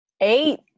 Eight